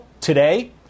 today